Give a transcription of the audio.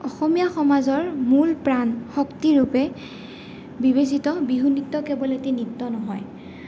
অসমীয়া সমাজৰ মূল প্ৰাণ শক্তি ৰূপে বিবেচিত বিহু নৃত্য কেৱল এটি নৃত্য নহয়